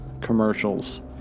commercials